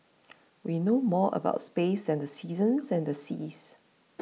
we know more about space than the seasons and the seas